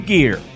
Gear